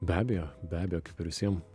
be abejo be abejo kaip ir visiem